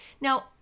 Now